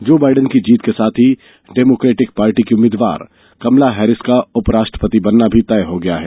जो बाइडन की जीत के साथ ही डेमोक्रेटिक पार्टी की उम्मीदवार कमला हैरिस का उपराष्ट्रपति बनना भी तय हो गया है